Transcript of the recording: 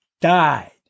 died